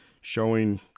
showing